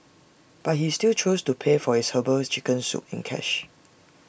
but he still chose to pay for his Herbal Chicken Soup in cash